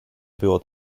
było